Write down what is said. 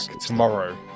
tomorrow